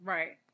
Right